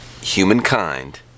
humankind